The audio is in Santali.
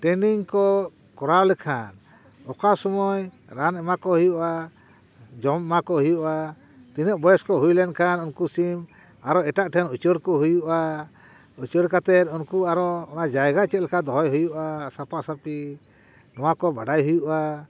ᱴᱨᱮᱱᱤᱝ ᱠᱚ ᱠᱚᱨᱟᱣ ᱞᱮᱠᱷᱟᱱ ᱚᱠᱟ ᱥᱳᱢᱳᱭ ᱨᱟᱱ ᱮᱢᱟ ᱠᱚ ᱦᱩᱭᱩᱜᱼᱟ ᱡᱚᱢ ᱮᱢᱟ ᱠᱚ ᱦᱩᱭᱩᱜᱼᱟ ᱛᱤᱱᱟᱹᱜ ᱵᱚᱭᱮᱥ ᱠᱚ ᱦᱩᱭ ᱞᱮᱱᱠᱷᱟᱱ ᱩᱱᱠᱩ ᱥᱤᱢ ᱟᱨᱚ ᱮᱴᱟᱜ ᱴᱷᱮᱱ ᱩᱪᱟᱹᱲ ᱠᱚ ᱦᱩᱭᱩᱜᱼᱟ ᱩᱪᱟᱹᱲ ᱠᱟᱛᱮᱫ ᱩᱱᱠᱩ ᱟᱨᱚ ᱚᱱᱟ ᱡᱟᱭᱜᱟ ᱪᱮᱫ ᱞᱮᱠᱟ ᱫᱚᱦᱚᱭ ᱦᱩᱭᱩᱜᱼᱟ ᱥᱟᱯᱟ ᱥᱟᱯᱤ ᱱᱚᱣᱟ ᱠᱚ ᱵᱟᱰᱟᱭ ᱦᱩᱭᱩᱜᱼᱟ